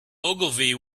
ogilvy